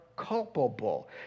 culpable